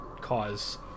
cause